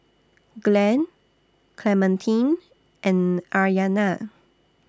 Glen Clementine and Aryana